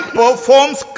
performs